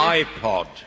iPod